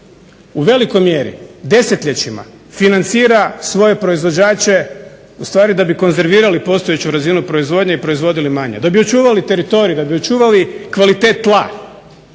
u velikoj mjeri desetljećima financira svoje proizvođače u stvari da bi konzervirali postojeću razinu proizvodnje i proizvodili manje, da bi očuvali teritorij, da bi očuvali kvalitet tla.